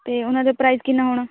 ਅਤੇ ਉਹਨਾਂ ਦਾ ਪ੍ਰਾਈਜ਼ ਕਿੰਨਾਂ ਹੋਣਾ